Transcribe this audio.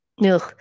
No